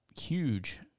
huge